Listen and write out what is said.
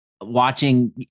watching